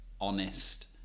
honest